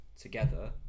together